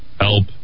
help